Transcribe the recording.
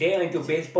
we check